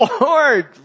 Lord